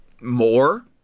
more